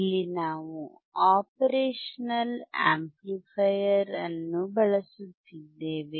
ಇಲ್ಲಿ ನಾವು operational amplifier ಅನ್ನು ಬಳಸುತ್ತಿದ್ದೇವೆ